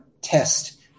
test